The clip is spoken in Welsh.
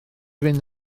fynd